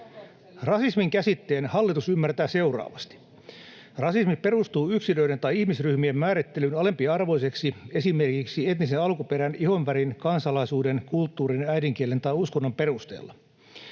Rasismin käsitteen hallitus ymmärtää seuraavasti: Rasismi perustuu yksilöiden tai ihmisryhmien määrittelyyn alempiarvoiseksi, esimerkiksi etnisen alkuperän, ihonvärin, kansalaisuuden, kulttuurin, äidinkielen tai uskonnon perusteella.